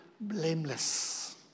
blameless